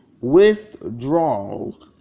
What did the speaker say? Withdrawal